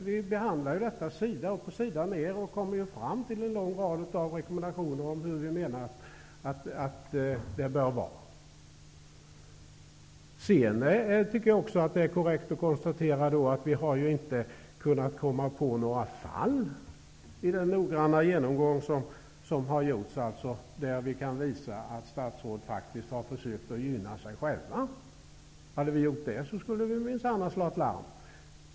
Vi behandlar detta sida upp och sida ner och kommer fram till en lång rad rekommendationer om hur det bör vara. Det är också korrekt att konstatera att vi i den noggranna genomgång som har gjorts inte har kunnat finna några fall där vi kan visa att statsråd faktiskt har försökt gynna sig själva. Om vi hade gjort det, skulle vi minsann ha slagit larm.